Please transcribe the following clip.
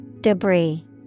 Debris